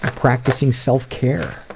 practicing self-care.